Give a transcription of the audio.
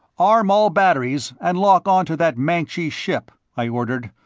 arm all batteries and lock onto that mancji ship, i ordered.